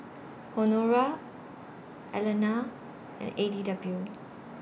Honora Alannah and A D W